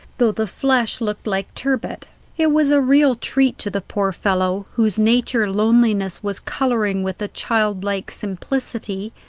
though the flesh looked like turbot it was a real treat to the poor fellow, whose nature loneliness was colouring with a childlike simplicity,